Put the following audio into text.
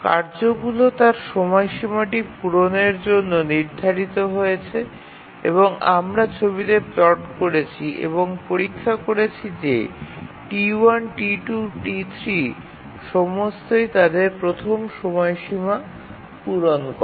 কার্যগুলি তার সময়সীমাটি পূরণের জন্য নির্ধারিত হয়েছে এবং আমরা ছবিতে প্লট করেছি এবং পরীক্ষা করেছি যে T1 T2 এবং T3 সমস্তই তাদের প্রথম সময়সীমা পূরণ করে